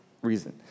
reason